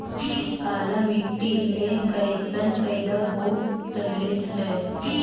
काला मिट्टी मे कैसन पैदा हो रहले है?